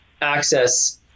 Access